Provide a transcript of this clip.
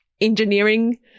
engineering